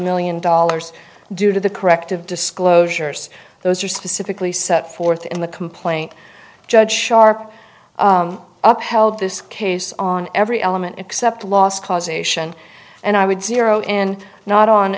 million dollars due to the corrective disclosures those are specifically set forth in the complaint judge sharp up held this case on every element except last causation and i would zero in not on